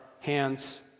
hands